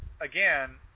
again